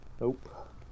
Nope